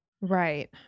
Right